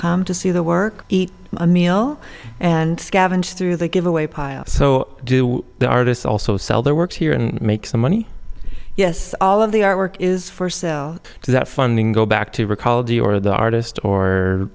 come to see the work eat a meal and scavenge through the giveaway pile so do the artists also sell their works here and make some money yes all of the artwork is for sale that funding go back to recall the or the artist or